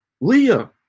Leah